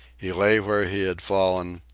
he lay where he had fallen,